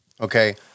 Okay